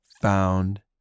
found